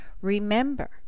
Remember